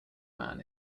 man